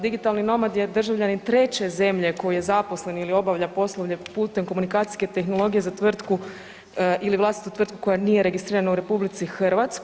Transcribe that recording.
Digitalni nomad je državljanin treće zemlje koji je zaposlen ili obavlja poslove putem komunikacijske tehnologije za tvrtku ili vlastitu tvrtku koja nije registrirana u RH.